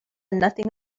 nothing